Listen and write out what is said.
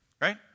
right